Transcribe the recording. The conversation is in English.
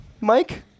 Mike